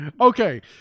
okay